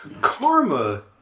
Karma